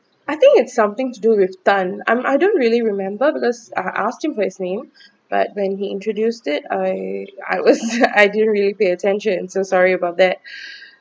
I think it's something to do with tan I'm I don't really remember because I asked him for his name but when he introduced it I I wasn't I didn't really pay attention so sorry about that